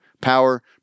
power